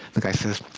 the guy says,